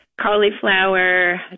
cauliflower